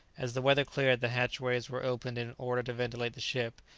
as the weather cleared, the hatchways were opened in order to ventilate the ship,